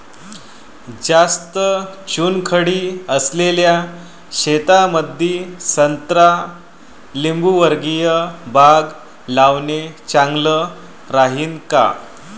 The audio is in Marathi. जास्त चुनखडी असलेल्या शेतामंदी संत्रा लिंबूवर्गीय बाग लावणे चांगलं राहिन का?